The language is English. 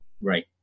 right